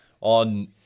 On